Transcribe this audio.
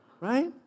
right